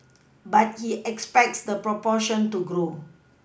but he expects the proportion to grow